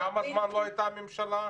כמה זמן לא הייתה ממשלה?